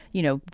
you know,